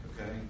okay